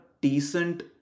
decent